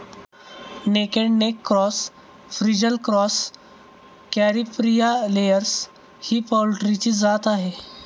naked neck cross, frizzle cross, Caripriya layers ही पोल्ट्रीची जात आहे